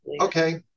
okay